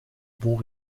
bons